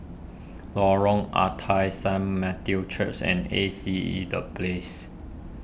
Lorong Ah Thia Saint Matthew's Church and A C E the Place